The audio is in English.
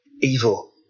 evil